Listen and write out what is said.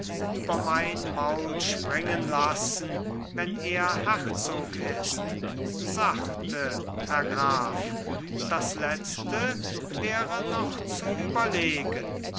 über mein maul springen lassen wenn er herzog ist sachte herr graf das letzte wäre noch zu überlegen